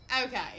Okay